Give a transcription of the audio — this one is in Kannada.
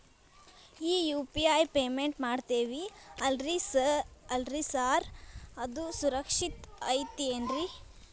ಈ ಯು.ಪಿ.ಐ ಪೇಮೆಂಟ್ ಮಾಡ್ತೇವಿ ಅಲ್ರಿ ಸಾರ್ ಅದು ಸುರಕ್ಷಿತ್ ಐತ್ ಏನ್ರಿ?